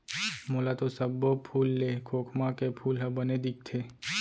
मोला तो सब्बो फूल ले खोखमा के फूल ह बने दिखथे